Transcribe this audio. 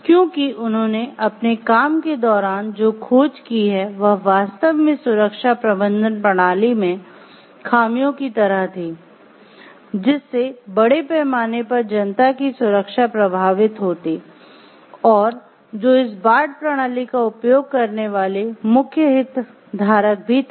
क्योंकि उन्होंने अपने काम के दौरान जो खोज की है वह वास्तव मे सुरक्षा प्रबंधन प्रणाली में खामियों की तरह थी जिससे बड़े पैमाने पर जनता की सुरंक्षा प्रभावित होती और जो इस बार्ट प्रणाली का उपयोग करने वाले मुख्य हितधारक भी थे